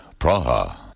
Praha